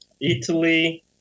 Italy